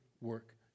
work